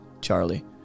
Charlie